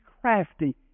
crafty